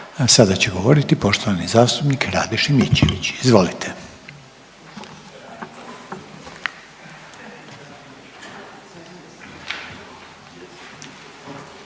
Sada će govoriti poštovani zastupnik Rade Šimičević, izvolite.